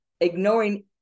ignoring